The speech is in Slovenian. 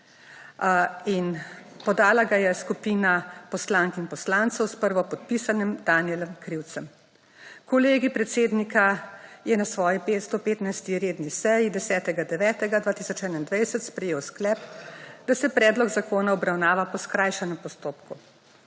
Podala ga je skupina poslank in poslancev s prvopodpisanim Danijelom Krivcem. Kolegij predsednika je na svoji 115. redni seji 10. 9. 2021 sprejel sklep, da se predlog zakona obravnava po skrajšanem postopku.